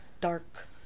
Dark